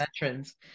veterans